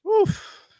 Oof